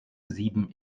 sieben